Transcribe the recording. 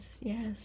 Yes